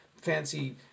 Fancy